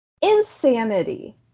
insanity